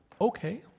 okay